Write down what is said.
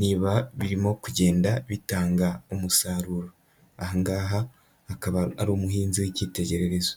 niba birimo kugenda bitanga umusaruro, aha ngaha akaba ari umuhinzi w'icyitegererezo.